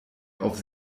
auf